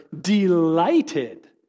delighted